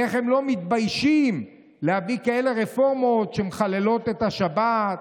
איך הם לא מתביישים להביא כאלה רפורמות שמחללות את השבת,